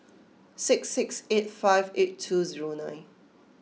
six six eight five eight two zero nine